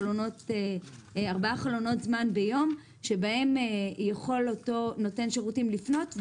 חלונות זמן ביום שבהם יכול אותו נותן שירותים לפנות.